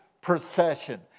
procession